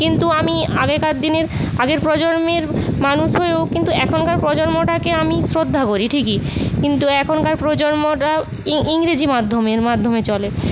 কিন্তু আমি আগেকার দিনের আগের প্রজন্মের মানুষ হয়েও কিন্তু এখনকার প্রজন্মটাকে আমি শ্রদ্ধা করি ঠিকই কিন্ত এখনকার প্রজন্মটাও ইংরেজি মাধ্যমের মাধ্যমে চলে